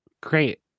great